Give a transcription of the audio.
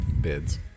bids